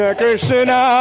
Krishna